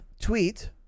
tweet